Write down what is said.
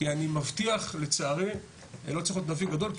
כי אני בטוח לצערי ולא צריך להיות נביא גדול,